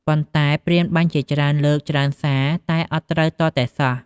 ប៉ុន្ដែព្រានបាញ់ជាច្រើនលើកច្រើនសារតែអត់ត្រូវទាល់តែសោះ ។